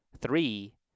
three